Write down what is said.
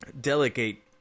delegate